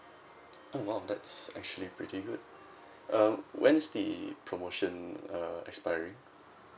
oh !wow! that's actually pretty good um when is the promotion uh expiring